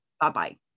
Bye-bye